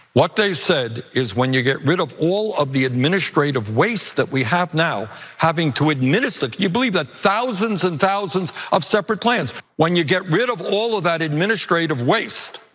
what they said is when you get rid of all of the administrative waste that we have now having to administer, can you believe that thousands and thousands of separate plans. when you get rid of all of that administrative waste,